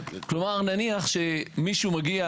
כלומר, נניח שמישהו מגיע